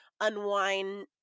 unwind